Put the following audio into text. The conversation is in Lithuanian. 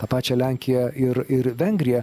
tą pačią lenkiją ir ir vengriją